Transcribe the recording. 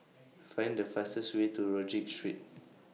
Find The fastest Way to Rodyk Street